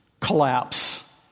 collapse